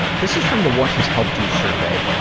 but this is from the what has helped you survey.